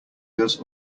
does